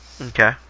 Okay